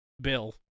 Bill